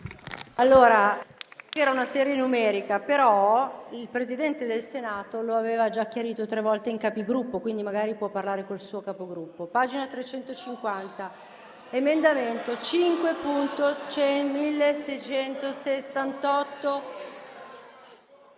C'era una serie numerica, però il Presidente del Senato lo aveva già chiarito tre volte in Capigruppo, quindi magari può parlare col suo Capogruppo. Passiamo a pagina 350, all'emendamento 5.1668.